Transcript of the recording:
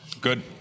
Good